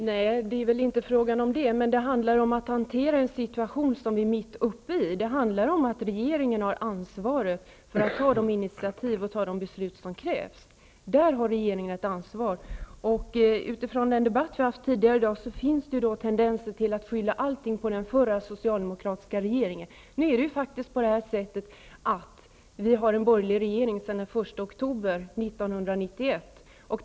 Herr talman! Nej, det är inte fråga om det, utan det handlar om att hantera en situation som vi är mitt uppe i. Det handlar om att regeringen har ansvaret för att ta de inititiv och fatta de beslut som krävs. Där har regeringen ett ansvar. Med tanke på den debatt som vi har haft tidigare i dag kan jag konstatera att det finns en tendens att skylla allting på den förra socialdemokratiska regeringen. Men nu har vi faktiskt en borgerlig regering sedan den 1 oktober 1991.